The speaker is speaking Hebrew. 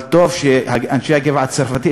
טוב שאנשי הגבעה-הצרפתית,